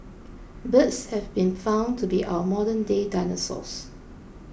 birds have been found to be our modernday dinosaurs